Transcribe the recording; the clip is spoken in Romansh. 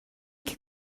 che